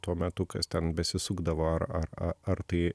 tuo metu kas ten besisukdavo ar ar ar tai